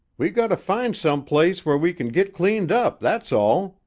we gotter find some place where we can git cleaned up, that's all,